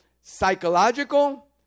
psychological